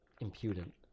impudent